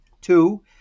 Two